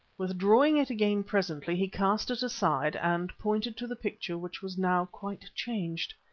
withdrawing it again presently he cast it aside and pointed to the picture which was now quite changed.